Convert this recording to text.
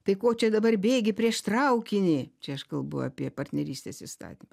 tai ko čia dabar bėgi prieš traukinį čia aš kalbu apie partnerystės įstatymą